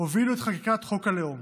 הובילו את חקיקת חוק הלאום.